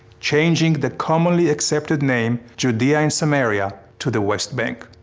changing the commonly accepted name judea and samaria to the west bank.